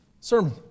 sermon